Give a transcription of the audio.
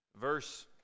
Verse